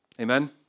Amen